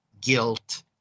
guilt